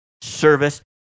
service